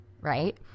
right